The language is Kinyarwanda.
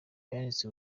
yanditse